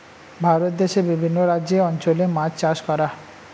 ভারত দেশে বিভিন্ন রাজ্যের অঞ্চলে মাছ চাষ করা